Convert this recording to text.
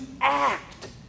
act